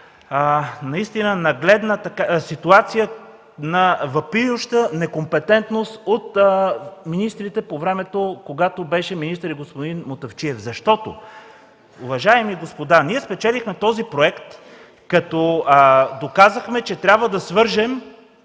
метрото е нагледна ситуация на въпиюща некомпетентност от министрите по времето, когато министър беше и господин Мутафчиев. Защото, уважаеми господа, ние спечелихме този проект, като доказахме, че трябва да свържем